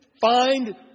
find